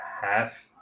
half